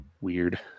Weird